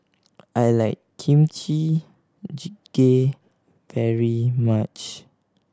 I like Kimchi Jjigae very much